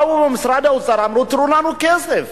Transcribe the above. באו ממשרד האוצר ואמרו: תנו לנו כסף.